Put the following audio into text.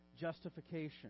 justification